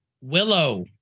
Willow